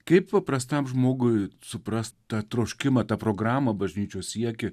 kaip paprastam žmogui suprast tą troškimą tą programą bažnyčios siekį